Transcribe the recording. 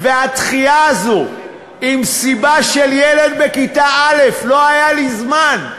והדחייה הזו עם סיבה של ילד בכיתה א': לא היה לי זמן.